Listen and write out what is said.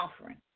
offering